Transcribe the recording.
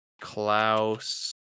Klaus